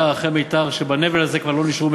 שלוש דקות.